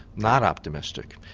not optimistic?